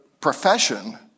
profession